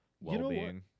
well-being